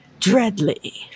Dreadly